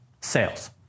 sales